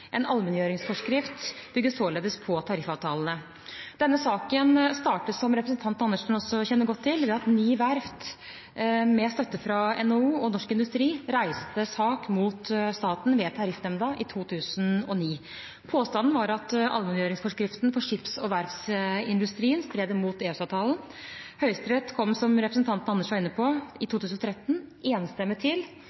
En allmenngjøringsforskrift bygger således på tariffavtalene. Denne saken startet, som representanten Andersen også kjenner godt til, ved at ni verft med støtte fra NHO og Norsk Industri reiste sak mot staten ved Tariffnemnda i 2009. Påstanden var at allmenngjøringsforskriften for skips- og verftsindustrien stred mot EØS-avtalen. Høyesterett kom, som representanten Andersen var inne på, i